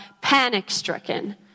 panic-stricken